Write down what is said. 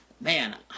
man